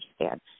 understand